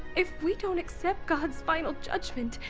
if we don't accept god's final judgment,